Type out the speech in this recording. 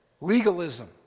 Legalism